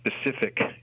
specific